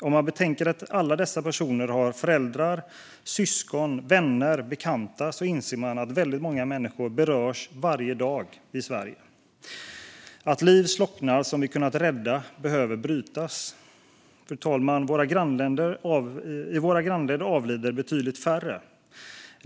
Om man betänker att alla dessa personer har föräldrar, syskon, vänner och bekanta inser man att väldigt många människor berörs varje dag i Sverige. Att liv som vi hade kunnat rädda slocknar behöver brytas. Fru talman! I våra grannländer avlider betydligt färre.